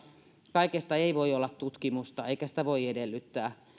kaikesta ei voi olla tutkimusta eikä sitä voi edellyttää